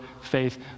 faith